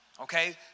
Okay